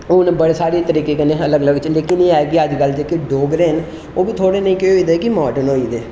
हून बड़ी सारी तरीके कन्नै अलग अलग जेहके एह् डोगरे ना ओह्बी थोह्ड़े जेह्के ना माडर्न होई गेदे